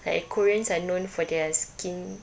like koreans are known for their skin